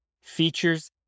features